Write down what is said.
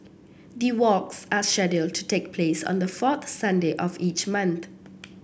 the walks are scheduled to take place on the fourth Sunday of each month